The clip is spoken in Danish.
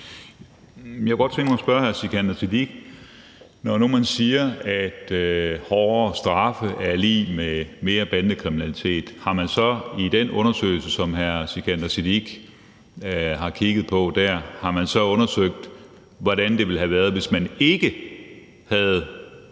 Jeg kunne godt tænke mig at spørge hr. Sikandar Siddique om noget. Når nu man siger, at hårdere straffe er lig med mere bandekriminalitet, har man så i den undersøgelse, som hr. Sikandar Siddique har kigget på der, undersøgt, hvordan det ville have været, hvis ikke man